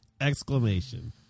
Exclamation